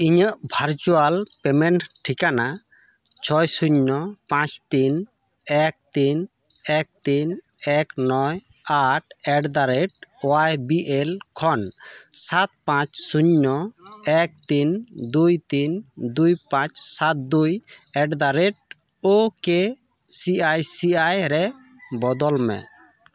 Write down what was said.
ᱤᱧᱟᱹᱜ virtual payment ᱴᱷᱤᱠᱟᱱᱟ ᱪᱷᱚᱭ ᱥᱩᱱᱭᱚ ᱯᱟᱸᱪ ᱛᱤᱱ ᱮᱠ ᱛᱤᱱ ᱮᱠ ᱛᱤᱱ ᱮᱠ ᱱᱚᱭ ᱟᱴ ᱮᱴᱫᱟᱨᱮᱴ ᱳᱭᱟᱭ ᱵᱤ ᱮᱞ ᱠᱷᱚᱱ ᱥᱟᱛ ᱯᱟᱸᱪ ᱥᱩᱱᱭᱚ ᱮᱠ ᱛᱤᱱ ᱫᱩᱭ ᱛᱤᱱ ᱫᱩᱭ ᱯᱟᱸᱪ ᱥᱟᱛ ᱫᱩᱭ at the rate O K C I C I ᱨᱮ ᱵᱚᱫᱚᱞ ᱢᱮ